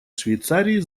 швейцарии